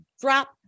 drop